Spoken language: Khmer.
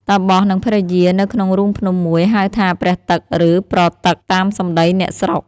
តាបសនិងភរិយានៅក្នុងរូងភ្នំមួយ ហៅថា ព្រះទឹក ឬ ប្រទឹក តាមសំដីអ្នកស្រុក ។